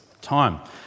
time